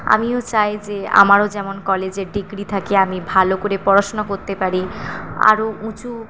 আমিও চাই যে আমারও যেমন কলেজের ডিগ্রি থাকে আমি ভালো করে পড়াশুনা করতে পারি আরো উঁচু